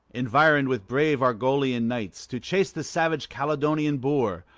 environed with brave argolian knights, to chase the savage calydonian boar,